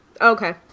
Okay